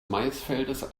maisfeldes